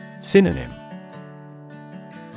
Synonym